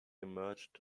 emerged